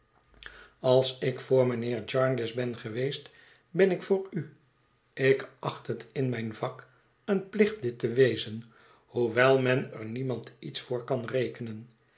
als ik voor mijnheer jarndyce ben geweest ben ik voor u ik acht het in mijn vak een plicht dit te wezen hoewel men er niemand iets voor kan rekenen